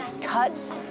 cuts